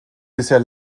bisher